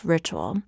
Ritual